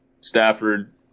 Stafford